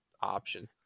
option